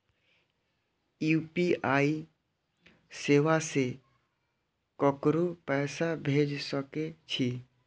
UPI सेवा से ककरो पैसा भेज सके छी?